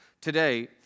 Today